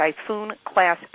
typhoon-class